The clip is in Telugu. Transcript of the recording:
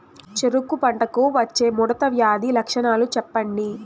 చెరుకు పంటకు వచ్చే ముడత వ్యాధి లక్షణాలు చెప్పండి?